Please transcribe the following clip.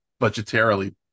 budgetarily